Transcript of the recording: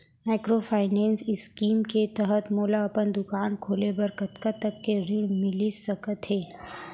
Microfinance scheme के तहत मोला अपन दुकान खोले बर कतना तक के ऋण मिलिस सकत हे?